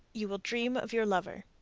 you will dream of your lover.